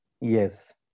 Yes